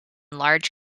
large